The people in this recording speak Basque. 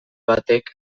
batek